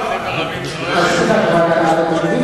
ומה קורה עם העולה מחבר המדינות?